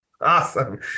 Awesome